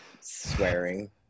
swearing